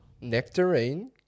nectarine